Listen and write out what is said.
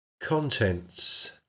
contents